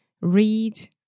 read